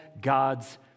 God's